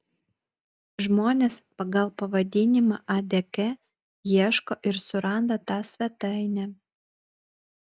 žmonės pagal pavadinimą adk ieško ir suranda tą svetainę